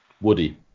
Woody